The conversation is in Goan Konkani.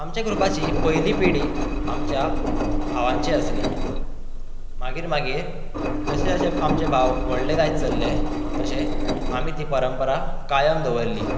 आमचे ग्रुपाची पयली पिढी आमच्या भावांची आसली मागीर मागीर जशें जशें आमचे भाव व्हडले जायत चल्ले तशें आमी ती परंपरा कायम दवरली